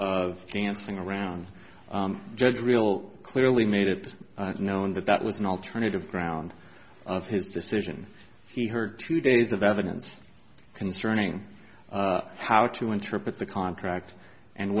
of dancing around judge real clearly made it known that that was an alternative ground of his decision he heard two days of evidence concerning how to interpret the contract and